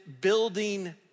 building